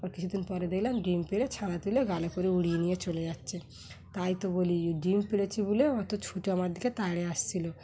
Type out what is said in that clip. আবার কিছুদিন পরে দেখলাম ডিম পেরে ছানা তুলে করে উড়িয়ে নিয়ে চলে যাচ্ছে তাই তো বলি ডিম পেরেছি বলে অতো ছুটে আমার দিকে তাড়াতে আসছিলো